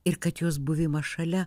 ir kad jos buvimas šalia